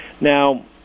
Now